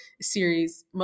series